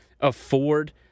afford